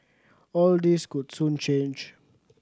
all this could soon change